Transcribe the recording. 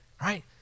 right